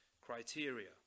criteria